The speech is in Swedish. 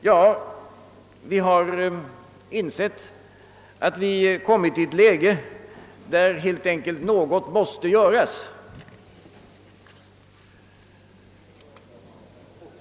Jo, vi har insett att vi kommit i ett läge där något helt enkelt måste göras.